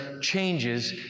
changes